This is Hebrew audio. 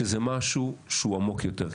שזה משהו שהוא עמוק יותר.